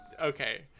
okay